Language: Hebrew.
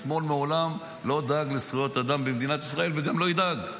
השמאל מעולם לא דאג לזכויות אדם במדינת ישראל וגם לא ידאג.